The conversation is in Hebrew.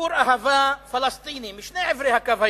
בסיפור אהבה פלסטיני משני עברי "הקו הירוק",